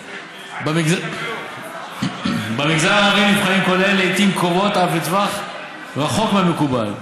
במגזר הערבי נבחנים כל אלה לעיתים קרובות אף לטווח רחוק מהמקובל,